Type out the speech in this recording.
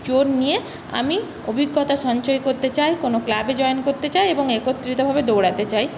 জোর নিয়ে আমি অভিজ্ঞতা সঞ্চয় করতে চাই কোনো ক্লাবে জয়েন করতে চাই এবং একত্রিতভাবে দৌড়াতে চাই